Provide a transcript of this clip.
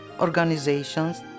organizations